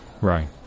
Right